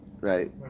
Right